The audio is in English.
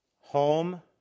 home